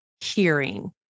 hearing